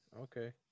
Okay